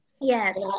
Yes